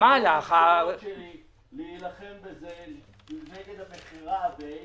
הניסיונות שלי להילחם נגד המכירה עלו בתוהו.